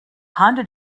honda